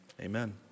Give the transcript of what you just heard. Amen